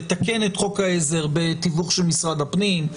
לתקן את חוק העזר בתיווך של משרד הפנים,